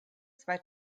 zwei